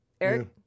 Eric